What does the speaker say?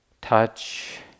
touch